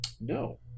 No